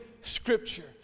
scripture